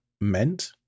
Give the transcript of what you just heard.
meant